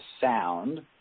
sound